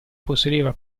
possedeva